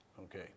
Okay